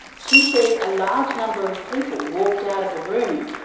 she says a large number of people walked out of the room,